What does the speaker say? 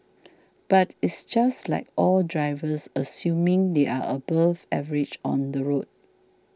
but it's just like all drivers assuming they are above average on the road